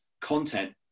content